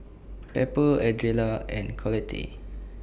Pepper Ardella and Collette